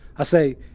i say,